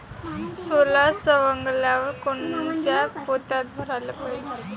सोला सवंगल्यावर कोनच्या पोत्यात भराले पायजे?